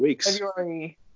February